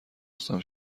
هستم